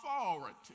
authority